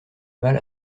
mal